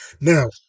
now